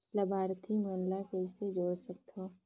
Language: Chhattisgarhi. लाभार्थी मन ल कइसे जोड़ सकथव?